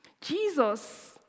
Jesus